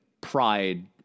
pride